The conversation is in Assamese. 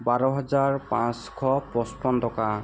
বাৰ হাজাৰ পাঁচশ পঁচপন্ন টকা